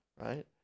right